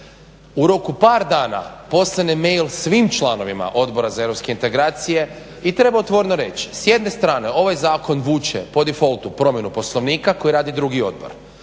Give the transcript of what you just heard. U roku par dana poslan je mail svim članovima Odbora za europske integracije i treba otvoreno reći, s jedne strane ovaj zakon vuče po difoltu promjenu Poslovnika koji radi drugi odbor,